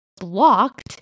blocked